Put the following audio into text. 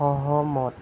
সহমত